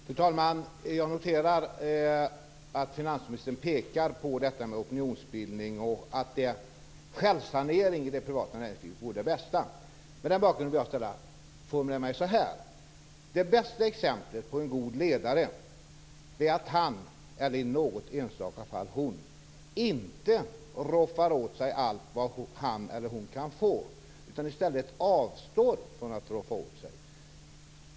Fru talman! Jag noterar att finansministern pekar på opinionsbildning och på att självsanering i det privata näringslivet vore det bästa. Mot den bakgrunden vill jag formulera mig så här: Det bästa exemplet på en god ledare är att han, eller i något enstaka fall hon, inte roffar åt sig allt vad han eller hon kan få utan i stället avstår från att roffa åt sig.